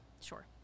Sure